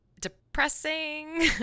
depressing